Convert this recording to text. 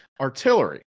Artillery